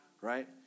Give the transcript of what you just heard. right